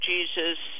Jesus